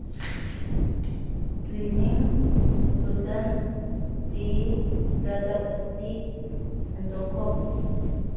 twining infusion tea product ꯑꯁꯤ ꯍꯟꯗꯣꯛꯈꯣ